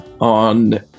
on